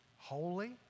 holy